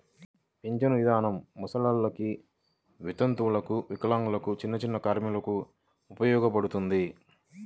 పింఛను ఇదానం ముసలోల్లకి, వితంతువులకు, వికలాంగులకు, చిన్నచిన్న కార్మికులకు ఉపయోగపడతది